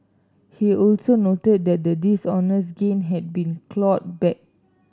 he also noted that the dishonest gain had been clawed back